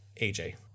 AJ